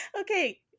Okay